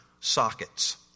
sockets